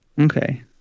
okay